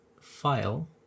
file